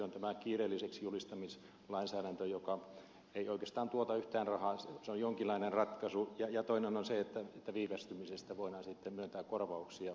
on tämä kiireelliseksi julistamislainsäädäntö joka ei oikeastaan tuota yhtään rahaa se on jonkinlainen ratkaisu ja toinen on se että viivästymisestä voidaan sitten myöntää korvauksia